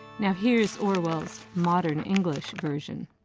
now here's orwell's modern english version.